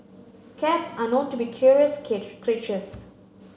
cats are known to be curious creatures